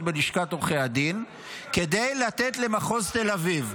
בלשכת עורכי הדין כדי לתת למחוז תל אביב.